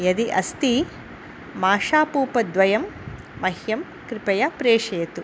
यदि अस्ति माषापूपद्वयं मह्यं कृपया प्रेशयतु